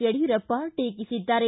ಯಡಿಯೂರಪ್ಪ ಟೀಕಿಸಿದ್ದಾರೆ